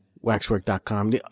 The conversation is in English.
Waxwork.com